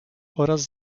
oraz